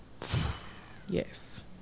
Yes